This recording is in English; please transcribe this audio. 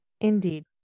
Indeed